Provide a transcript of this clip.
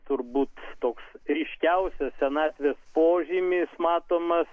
turbūt toks ryškiausias senatvės požymis matomas